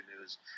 news